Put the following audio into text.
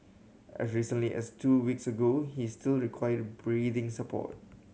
as recently as two weeks ago he still required breathing support